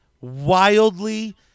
wildly